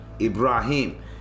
Ibrahim